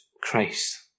Christ